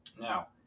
Now